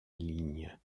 ligne